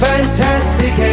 Fantastic